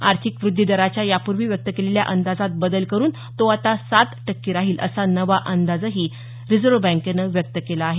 आर्थिक वृद्धी दराच्या यापूर्वी व्यक्त केलेल्या अंदाजात बदल करून तो आता सात टक्के राहील असा नवा अंदाजही रिझर्व्ह बँकेनं व्यक्त केला आहे